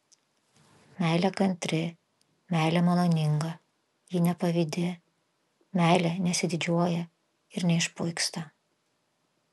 meilė kantri meilė maloninga ji nepavydi meilė nesididžiuoja ir neišpuiksta